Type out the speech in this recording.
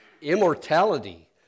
Immortality